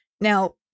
Now